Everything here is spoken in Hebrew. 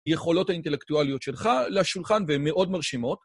יכולות האינטלקטואליות שלך לשולחן, והן מאוד מרשימות.